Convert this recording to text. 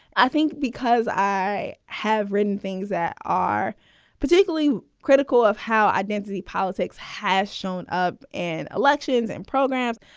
i think because i have written things that are particularly critical of how identity politics has shown up and elections and programs,